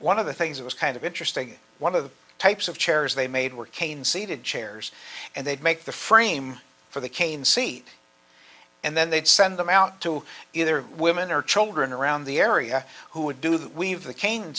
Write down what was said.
one of the things that was kind of interesting one of the types of chairs they made were cane seated chairs and they'd make the frame for the cane seat and then they'd send them out to either women or children around the area who would do that weave the